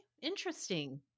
Interesting